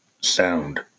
sound